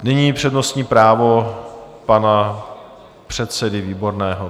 Nyní přednostní právo pana předsedy Výborného.